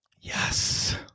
Yes